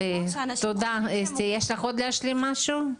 תודה אסתי, יש לך דברים נוספים להגיד?